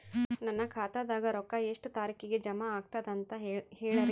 ನನ್ನ ಖಾತಾದಾಗ ರೊಕ್ಕ ಎಷ್ಟ ತಾರೀಖಿಗೆ ಜಮಾ ಆಗತದ ದ ಅಂತ ಹೇಳರಿ?